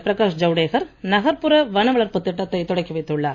பிரகாஷ் ஜவடேகர் நகர்ப்புற வன வளர்ப்புத் திட்டத்தைத் தொடக்கி வைத்துள்ளார்